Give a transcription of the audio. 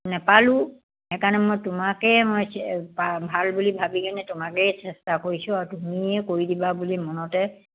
নেপালোঁ সেইকাৰণে মই তোমাকেই মই ভাল বুলি ভাবি কিনে তোমাকেই চেষ্টা কৰিছোঁ আৰু তুমিয়ে কৰি দিবা বুলি মনতে